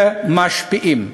ומשפיעים.